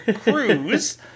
cruise